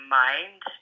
mind